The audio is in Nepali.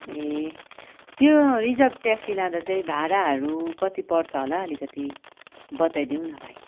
ए त्यो रिजर्भ ट्याक्सी लाँदा चाहिँ भाराहरू कति पर्छ होला अलिकति बताइदिउँ न भाइ